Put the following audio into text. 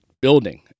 building